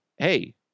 Hey